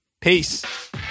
Peace